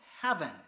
heaven